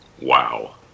Wow